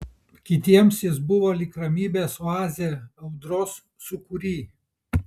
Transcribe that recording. kitiems jis buvo lyg ramybės oazė audros sūkury